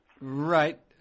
Right